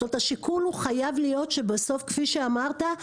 השיקול חייב להיות שבסוף כפי שאמרת,